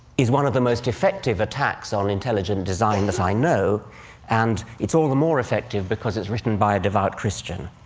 is one of the most effective attacks on intelligent design that i know and it's all the more effective because it's written by a devout christian.